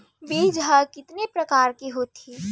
बीज ह कितने प्रकार के होथे?